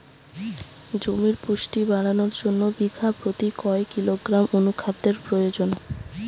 জমির পুষ্টি বাড়ানোর জন্য বিঘা প্রতি কয় কিলোগ্রাম অণু খাদ্যের প্রয়োজন?